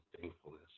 thankfulness